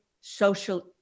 social